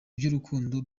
by’urukundo